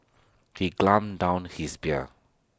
he gulped down his beer